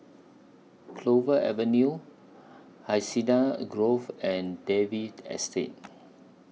Clover Avenue Hacienda Grove and David Estate